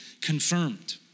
confirmed